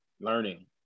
learning